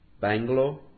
Bangalore